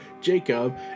Jacob